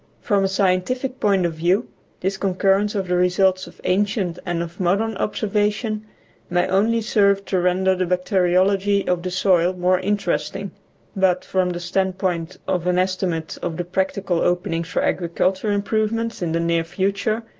from a scientific point of view this concurrence of the results of ancient and of modern observation may only serve to render the bacteriology of the soil more interesting but, from the standpoint of an estimate of the practical openings for agriculture improvements in the near future,